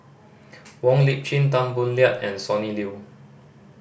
Wong Lip Chin Tan Boo Liat and Sonny Liew